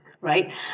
right